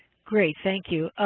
great. thank you.